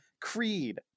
Creed